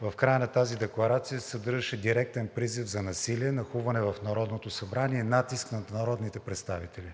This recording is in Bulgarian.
В края на тази декларация се съдържаше директен призив за насилие, нахлуване в Народното събрание, натиск над народните представители.